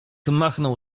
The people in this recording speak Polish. machnął